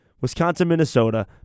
Wisconsin-Minnesota